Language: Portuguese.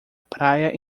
praia